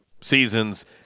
seasons